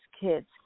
kids